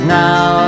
now